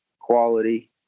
quality